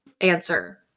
answer